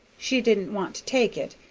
she didn't want to take it,